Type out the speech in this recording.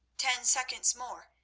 ten seconds more,